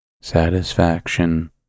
satisfaction